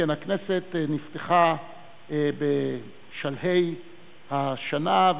שכן הכנסת נפתחה בשלהי השנה,